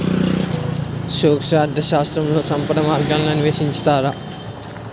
సూక్ష్మ అర్థశాస్త్రంలో సంపద మార్గాలను అన్వేషిస్తారు